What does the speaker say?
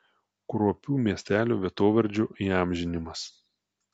kruopių miestelio vietovardžio įamžinimas